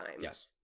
Yes